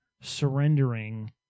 surrendering